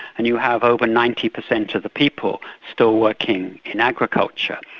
and you have over ninety percent of the people still working in agriculture.